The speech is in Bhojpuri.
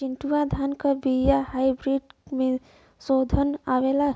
चिन्टूवा धान क बिया हाइब्रिड में शोधल आवेला?